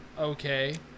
okay